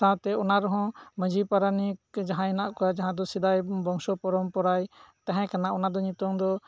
ᱥᱟᱶᱛᱮ ᱚᱱᱟ ᱨᱮᱦᱚᱸ ᱢᱟᱺᱡᱷᱤ ᱯᱟᱨᱟᱱᱤᱠ ᱡᱟᱦᱟᱸᱭ ᱦᱮᱱᱟᱜ ᱠᱚᱣᱟ ᱡᱟᱦᱟᱸ ᱫᱚ ᱥᱮᱫᱟᱭ ᱵᱚᱝᱥᱚ ᱯᱚᱨᱚᱢ ᱯᱚᱨᱟᱭ ᱛᱟᱦᱮᱸ ᱠᱟᱱᱟ ᱚᱱᱟ ᱫᱚ ᱱᱤᱛᱚᱝ ᱫᱚ